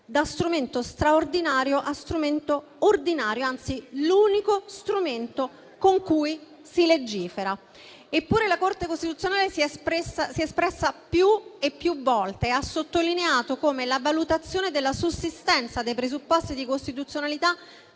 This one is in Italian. uno strumento non più straordinario, ma ordinario, anzi l'unico strumento con cui si legifera. Eppure la Corte costituzionale si è espressa più e più volte, sottolineando come la valutazione della sussistenza dei presupposti di costituzionalità